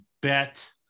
bet